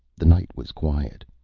the night was quiet.